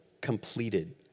Completed